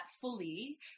fully